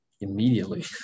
immediately